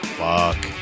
fuck